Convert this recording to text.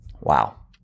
Wow